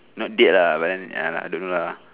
not date ah but then uh I don't know lah